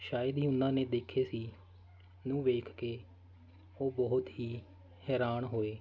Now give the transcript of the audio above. ਸ਼ਾਇਦ ਹੀ ਉਹਨਾਂ ਨੇ ਦੇਖੇ ਸੀ ਉਹਨੂੰ ਵੇਖ ਕੇ ਉਹ ਬਹੁਤ ਹੀ ਹੈਰਾਨ ਹੋਏ